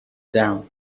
down